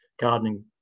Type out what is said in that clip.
gardening